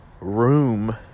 room